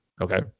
okay